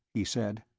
he said.